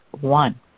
one